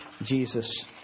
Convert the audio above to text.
Jesus